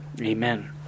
Amen